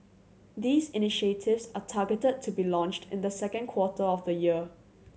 these initiatives are targeted to be launched in the second quarter of the year